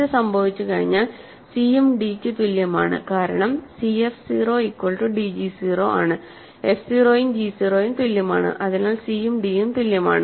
ഇത് സംഭവിച്ചുകഴിഞ്ഞാൽ c യും d ന് തുല്യമാണ് കാരണം cf 0 ഈക്വൽ റ്റു dg 0 ആണ് f 0 ഉം g 0 ഉം തുല്യമാണ് അതിനാൽ c ഉം d ഉം തുല്യമാണ്